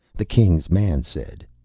the king's man said,